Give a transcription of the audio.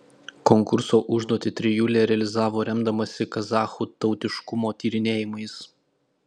konkurso užduotį trijulė realizavo remdamasi kazachų tautiškumo tyrinėjimais